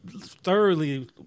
thoroughly